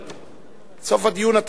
בסוף הדיון.